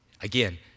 Again